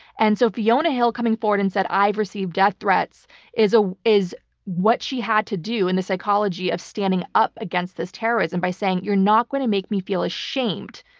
and so fiona hill coming forward and saying, i've received death threats is ah is what she had to do in the psychology of standing up against this terrorism by saying, you're not going to make me feel ashamed.